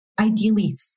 ideally